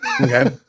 Okay